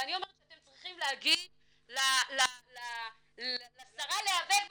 ואני אומרת שאתם צריכים להגיד לשרה להיאבק בחרדים.